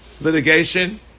litigation